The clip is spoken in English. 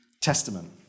Testament